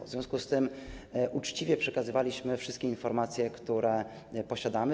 W związku z tym uczciwie przekazywaliśmy wszystkie informacje, które posiadamy.